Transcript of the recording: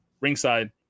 ringside